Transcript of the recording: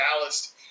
Dallas